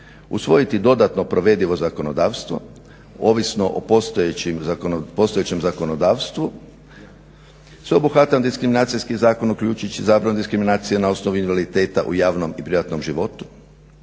usvojiti dodatno provedivo zakonodavstvo ovisno o postojećem zakonodavstvu. Sveobuhvatan diskriminacijski zakon uključujući zabranu diskriminacije na osnovu invaliditeta u javnom i privatnom životu,